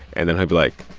and then he'll be like,